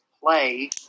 play